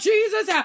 Jesus